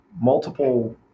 multiple